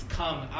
come